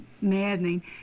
maddening